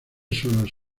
suelos